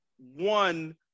One